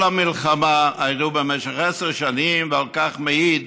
כל המלחמה, במשך עשר שנים, ועל כך מעיד